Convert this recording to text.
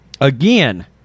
Again